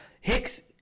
hicks